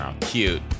cute